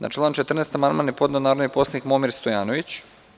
Na član 14. amandman je podneo narodni poslanik Momir Stojanović.